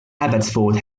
abbotsford